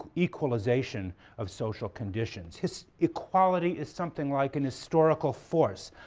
equalization of social conditions. his equality is something like an historical force,